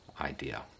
idea